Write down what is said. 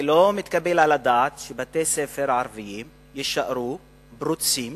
לא מתקבל על הדעת שבתי-ספר ערביים יישארו פרוצים